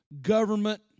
government